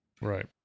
right